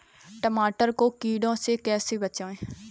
टमाटर को कीड़ों से कैसे बचाएँ?